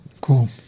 Cool